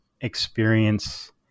experience